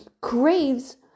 craves